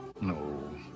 No